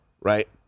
right